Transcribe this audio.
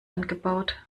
angebaut